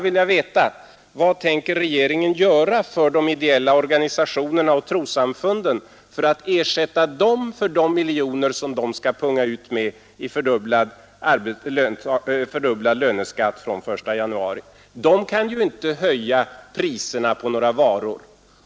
Vad tänker regeringen göra för de ideella organisationerna och trossamfunden för att ersätta dem för de miljoner som de skall punga ut med i fördubblad löneskatt fr.o.m. den 1 januari 1973? De kan ju inte höja priserna på några varor.